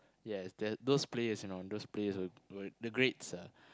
yes that's those players you know those players were were the greats ah